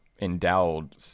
endowed